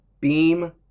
beam